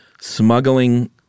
smuggling